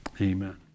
Amen